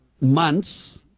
months